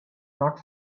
not